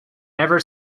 never